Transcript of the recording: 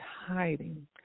hiding